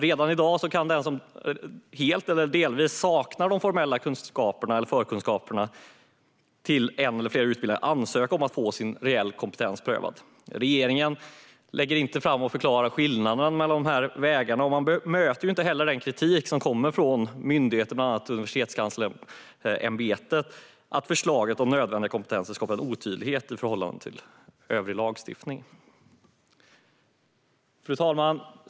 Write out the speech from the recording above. Redan i dag kan den som helt eller delvis saknar de formella förkunskaperna för en eller flera utbildningar ansöka om att få sin kompetens prövad. Regeringen förklarar inte skillnaden mellan de här vägarna och bemöter inte heller den kritik som kommer från myndigheter, bland annat Universitetskanslersämbetet, om att förslaget om nödvändiga kompetenser skapar en otydlighet i förhållande till övrig lagstiftning. Fru talman!